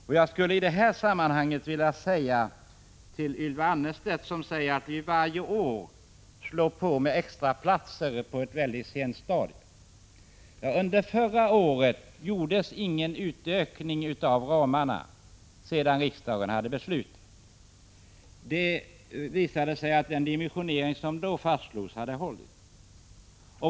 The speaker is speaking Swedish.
Ylva Annerstedt säger att vi varje år ökar på med extraplatser på ett väldigt sent stadium. Jag skulle i detta sammanhang vilja säga att det under förra året inte gjordes någon utökning av ramarna efter det att riksdagen hade fattat beslut. Det visade sig att den dimensionering som fastslagits hade hållit.